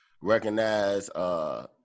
recognize